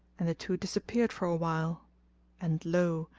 and the two disappeared for a while and lo!